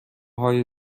های